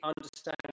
understand